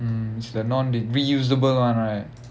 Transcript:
mm it's the non-reusable one right